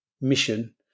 mission